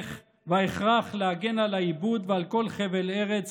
וההכרח להגן על העיבוד ועל כל חבל ארץ